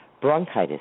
bronchitis